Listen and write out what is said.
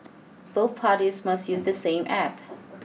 both parties must use the same App